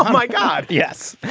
um my god. yes.